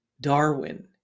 Darwin